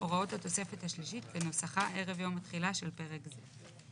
הוראות התוספת השלישית כנוסחה ערב יום תחילה של פרק זה.